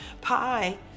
pie